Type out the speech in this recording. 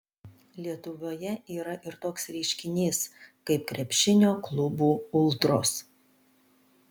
lietuvoje yra ir toks reiškinys kaip krepšinio klubų ultros